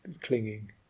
clinging